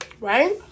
Right